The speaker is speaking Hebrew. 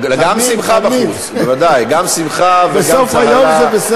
שמחה לאיד זו לא שמחה כבר?